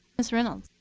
mrs. reynolds.